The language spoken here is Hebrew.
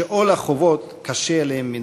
שעול החובות כבד עליהם מנשוא.